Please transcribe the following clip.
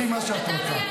תעשי מה שאת רוצה.